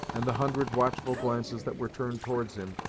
and the hundred watchful glances that were turned towards him,